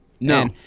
No